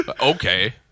Okay